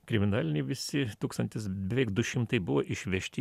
kriminaliniai visi tūkstantis beveik du šimtai buvo išvežti